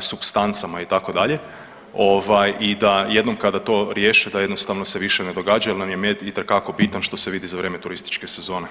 supstancama itd. ovaj i da jednom kada to riješe da jednostavno se više ne događa jel nam je med itekako bitan što se vidi za vrijeme turističke sezone.